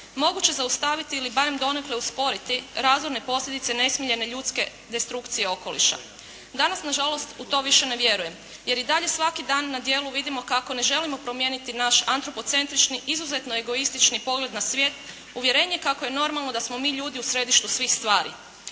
moguće zaustaviti ili barem donekle usporiti razorne posljedice nesmiljene ljudske destrukcije okoliša. Danas nažalost u to više ne vjerujem. Jer i dalje svaki dan na djelu vidimo kako ne želimo promijeniti naš antropocentrični, izuzetno egoistični pogled na svijet, uvjerenje kako je normalno da smo mi ljudi u središtu svih stvari.